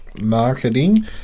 marketing